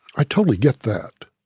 i totally get that.